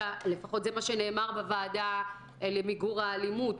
לפחות זה מה שנאמר בוועדה למיגור האלימות